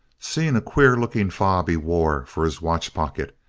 seen a queer looking fob he wore for his watch pocket.